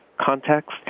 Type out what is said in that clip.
context